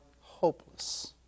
hopeless